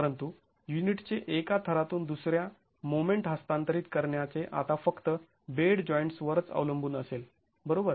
परंतु युनिटचे एका थरातून दुसऱ्यात मोमेंट हस्तांतरित करण्याचे आता फक्त बेड जॉईंट्स वरच अवलंबून असेल बरोबर